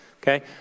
Okay